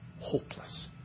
hopeless